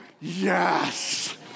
yes